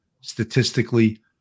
statistically